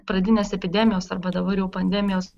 pradinės epidemijos arba dabar jau pandemijos